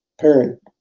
parent